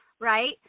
right